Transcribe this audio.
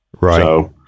Right